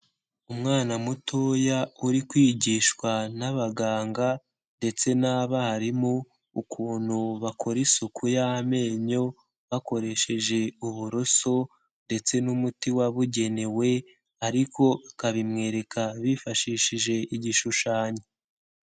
Umwana mutoya uri kwigishwa n'abaganga ndetse n'abarimu ukuntu bakora isuku y'amenyo bakoresheje uburoso ndetse n'umuti wabugenewe ariko bakabimwereka bifashishije igishushanyo.